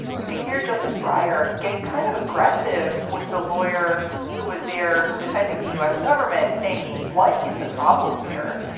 you could hear justice breyer getting kind of aggressive with the lawyer who is there defending the u s. government, saying, what is the problem here?